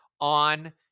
on